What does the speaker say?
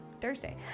Thursday